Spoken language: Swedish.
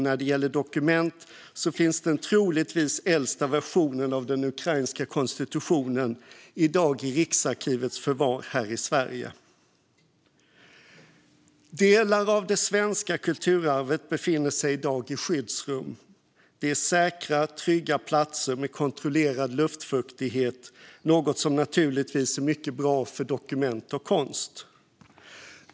När det gäller dokument finns den troligtvis äldsta versionen av den ukrainska konstitutionen i dag i Riksarkivets förvar här i Sverige. Delar av det svenska kulturarvet befinner sig i dag i skyddsrum. Det är säkra, trygga platser med kontrollerad luftfuktighet, något som naturligtvis är mycket bra för dokument och konst.